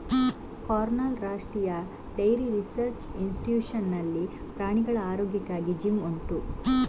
ಕರ್ನಾಲ್ನ ರಾಷ್ಟ್ರೀಯ dairy research institute ನಲ್ಲಿ ಪ್ರಾಣಿಗಳ ಆರೋಗ್ಯಕ್ಕಾಗಿ ಜಿಮ್ ಉಂಟು